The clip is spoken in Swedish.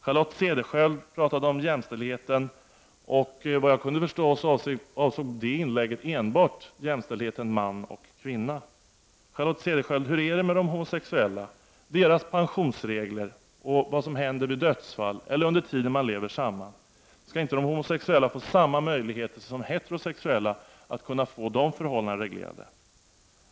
Charlotte Cederschiöld talade om jämställdheten, men såvitt jag kunde förstå avsåg hennes inlägg enbart jämställdheten mellan man och kvinna. Charlotte Cederschiöld! Hur är det med de homosexuellas pensionsregler, och vad händer vid dödsfall osv. under den tid när man lever samman? Bör inte de homosexuella få samma möjligheter som heterosexuella att få de förhållandena reglerade?